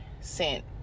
sent